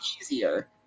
easier